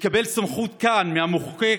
מקבל סמכות כאן מהמחוקק